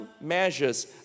measures